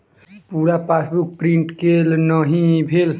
पूरा passbook print केल नहि भेल